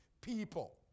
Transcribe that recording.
people